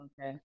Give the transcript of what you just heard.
okay